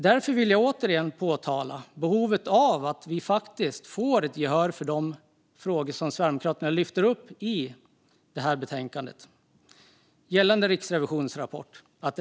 Därför vill jag återigen peka på behovet av att vi faktiskt får gehör för de frågor som Sverigedemokraterna lyfter fram i det här betänkandet om Riksrevisionens rapport.